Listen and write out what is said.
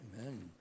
Amen